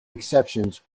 exceptions